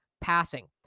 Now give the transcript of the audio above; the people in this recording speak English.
passing